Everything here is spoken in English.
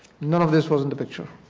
none of this was in the picture.